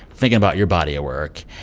thinking about your body of work,